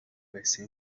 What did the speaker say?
байсан